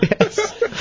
Yes